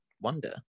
Wonder